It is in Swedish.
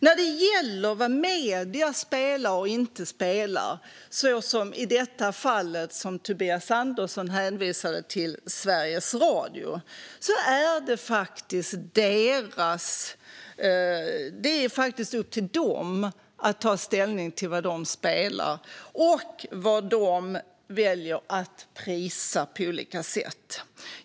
När det gäller vad medierna spelar och inte spelar - i det fall Tobias Andersson hänvisar till Sveriges Radio - är det faktiskt upp till dem att ta ställning till vad de spelar och vad de väljer att prisa på olika sätt.